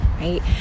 Right